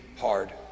hard